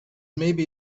maybe